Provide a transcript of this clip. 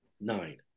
nine